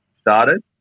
started